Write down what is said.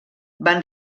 van